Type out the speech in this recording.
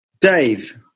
Dave